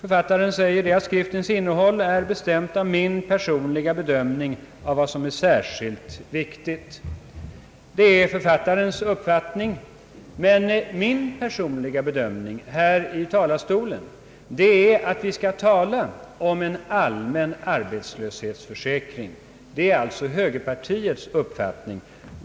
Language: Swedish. Denne säger att skriftens innehåll är »bestämt av hans personliga bedömning av vad som är särskilt viktigt». Det är alltså författarens uppfattning. Min personliga bedömning här i talarstolen är att vi skall tala om en allmän arbetslöshetsförsäkring. Det är alltså högerpartiets uppfattning.